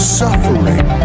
suffering